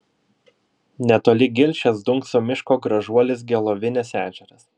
netoli gilšės dunkso miško gražuolis gelovinės ežeras